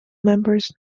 members